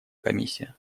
комиссия